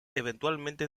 eventualmente